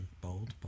bold